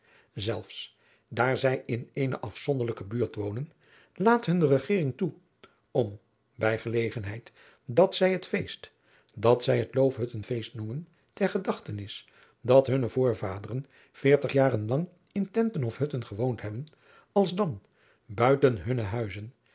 zelfs daar zij in eene afzonderlijke buurt wonen laat hun de regering toe om bij gelegenheid dat zij het feest dat zij het loofhuttenfeest noemen ter gedachtenis dat hunne voorvaderen veertig jaren lang in tenten of hutten gewoond hebben als dan buiten hunne huizen